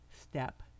step